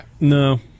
No